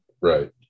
right